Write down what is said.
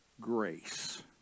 grace